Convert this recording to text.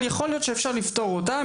אבל יכול להיות שאפשר לפתור אותה.